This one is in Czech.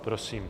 Prosím.